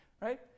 Right